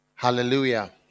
Hallelujah